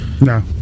No